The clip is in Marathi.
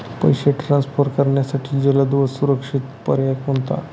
पैसे ट्रान्सफर करण्यासाठी जलद व सुरक्षित पर्याय कोणता?